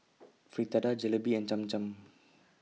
Fritada Jalebi and Cham Cham